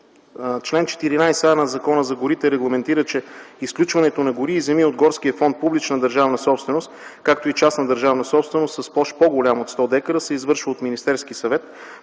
Член 14а на Закона за горите регламентира, че изключването на гори и земи от горския фонд – публична държавна собственост, както и частна държавна собственост, с площ по-голяма от 100 дка, се извършва от Министерския съвет